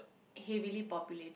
heavily populated